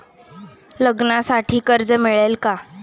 लग्नासाठी कर्ज मिळेल का?